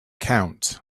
count